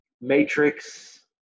matrix